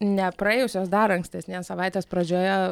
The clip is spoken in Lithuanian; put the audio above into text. ne praėjusios dar ankstesnės savaitės pradžioje